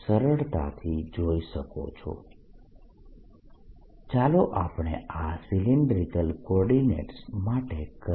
RR2z2320I2R2R2z232 ચાલો આપણે આ સિલિન્ડ્રીકલ કોર્ડીનેટસ માટે કરીએ